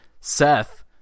Seth